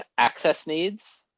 ah access needs.